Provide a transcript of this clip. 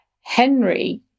Henry